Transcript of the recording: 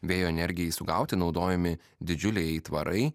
vėjo energijai sugauti naudojami didžiuliai aitvarai